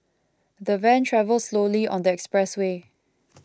the van travelled slowly on the expressway